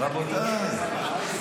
רבותיי,